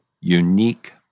unique